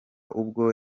ubwo